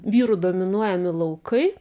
vyrų dominuojami laukai